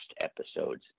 episodes